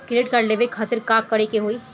Credit card लेवे खातिर का करे के होई?